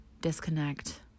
Disconnect